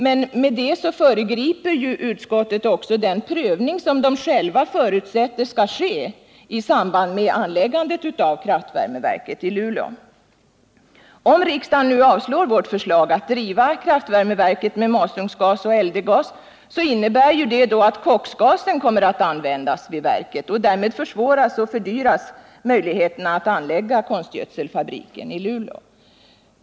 Men därmed föregriper utskottet ju den prövning som det självt förutsätter skall ske i samband med anläggandet av kraftvärmeverket i Luleå. Om riksdagen nu avslår vårt förslag att driva kraftvärmeverket med masugnsgas och LD-gas, innebär detta att koksgasen kommer att användas vid verket. Därmed försvåras och fördyras möjligheterna att anlägga konstgödselfabriken i Luleå.